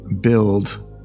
build